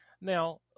Now